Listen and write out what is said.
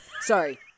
Sorry